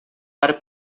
para